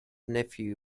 nephew